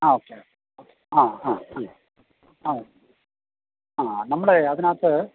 ആ ഓക്കെ ആ ആ ആഹ് ആഹ് ആ നമ്മളെ അതിനകത്ത്